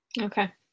okay